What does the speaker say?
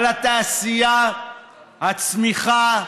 על התעשייה, הצמיחה,